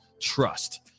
trust